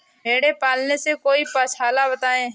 भेड़े पालने से कोई पक्षाला बताएं?